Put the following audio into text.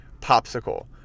popsicle